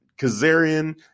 Kazarian